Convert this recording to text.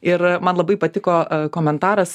ir man labai patiko komentaras